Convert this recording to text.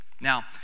Now